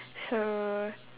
so